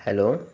hello